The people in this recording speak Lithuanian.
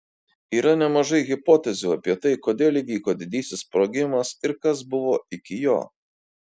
yra nemažai hipotezių apie tai kodėl įvyko didysis sprogimas ir kas buvo iki jo